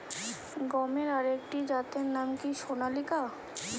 গমের আরেকটি জাতের নাম কি সোনালিকা?